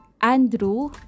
Andrew